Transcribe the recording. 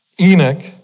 Enoch